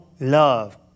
love